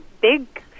big